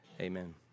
Amen